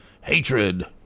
hatred